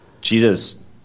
Jesus